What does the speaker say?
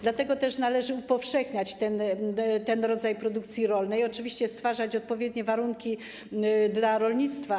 Dlatego też należy upowszechniać ten rodzaj produkcji rolnej i oczywiście stwarzać odpowiednie warunki dla rolnictwa.